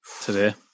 today